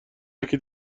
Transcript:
یکی